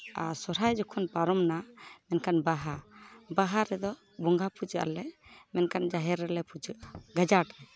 ᱟᱨ ᱥᱚᱨᱦᱟᱭ ᱡᱚᱠᱷᱚᱱ ᱯᱟᱨᱚᱢ ᱱᱟ ᱢᱮᱱᱠᱷᱟᱱ ᱵᱟᱦᱟ ᱵᱟᱦᱟ ᱨᱮᱫᱚ ᱵᱚᱸᱜᱟ ᱯᱩᱡᱟᱹᱜᱼᱟᱞᱮ ᱢᱮᱱᱠᱷᱟᱱ ᱡᱟᱦᱮᱨ ᱨᱮᱞᱮ ᱯᱩᱡᱟᱹᱜᱼᱟ ᱜᱟᱡᱟᱲ ᱨᱮ